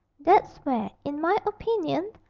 that's where, in my opinion,